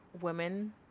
women